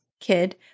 kid